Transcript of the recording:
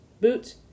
boots